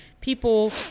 people